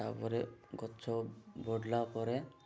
ତାପରେ ଗଛ ବଢିଲା ପରେ